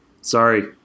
Sorry